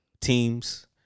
Teams